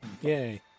yay